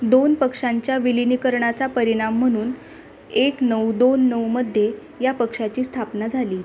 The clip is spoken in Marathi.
दोन पक्षांच्या विलीनीकरणाचा परिणाम म्हणून एक नऊ दोन नऊमध्ये या पक्षाची स्थापना झाली